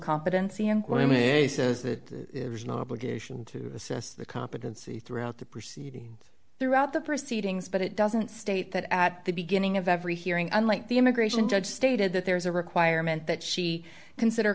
obligated to assess the competency throughout the proceedings throughout the proceedings but it doesn't state that at the beginning of every hearing unlike the immigration judge stated that there is a requirement that she consider